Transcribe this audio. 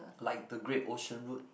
like the Great Ocean Route